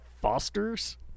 Foster's